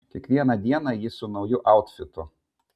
kiekvieną dieną ji su nauju autfitu